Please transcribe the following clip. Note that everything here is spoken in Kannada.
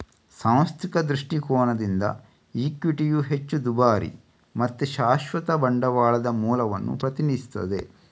ಸಾಂಸ್ಥಿಕ ದೃಷ್ಟಿಕೋನದಿಂದ ಇಕ್ವಿಟಿಯು ಹೆಚ್ಚು ದುಬಾರಿ ಮತ್ತೆ ಶಾಶ್ವತ ಬಂಡವಾಳದ ಮೂಲವನ್ನ ಪ್ರತಿನಿಧಿಸ್ತದೆ